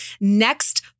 next